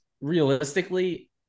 realistically